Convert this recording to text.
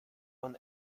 man